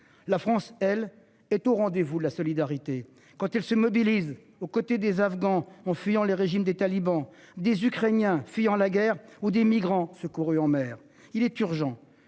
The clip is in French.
La France elle est au rendez-vous de la solidarité. Quand elle se mobilisent aux côtés des afghans ont fuyant le régime des talibans. Des Ukrainiens fuyant la guerre ou des migrants secourus en mer. Il est urgent